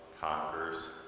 conquers